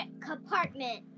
compartment